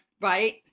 right